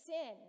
sin